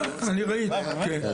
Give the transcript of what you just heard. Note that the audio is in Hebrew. אני ראיתי,